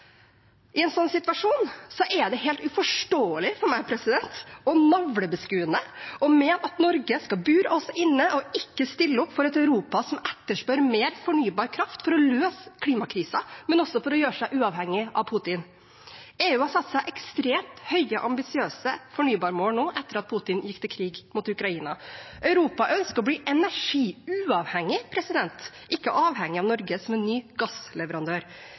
I en sånn situasjon er det for meg helt uforståelig og navlebeskuende å mene at Norge skal bure oss inne og ikke stille opp for et Europa som etterspør mer fornybar kraft for å løse klimakrisa og også for å gjøre seg uavhengig av Putin. EU har satt seg ekstremt høye ambisiøse fornybarmål etter at Putin gikk til krig mot Ukraina. Europa ønsker å bli energiuavhengig – ikke avhengig av Norge som en ny gassleverandør.